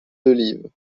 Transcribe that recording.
d’olive